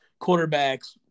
quarterbacks